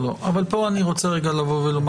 כאן אני רוצה לומר.